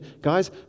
Guys